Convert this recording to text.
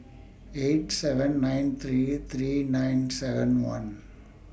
eight seven nine three three nine seven one